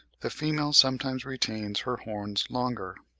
the female sometimes retains her horns longer.